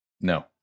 No